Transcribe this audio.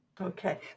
Okay